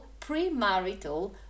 premarital